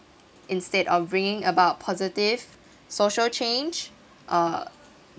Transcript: instead of bringing about positive social change uh